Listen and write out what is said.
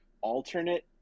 alternate